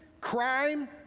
crime